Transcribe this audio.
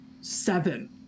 seven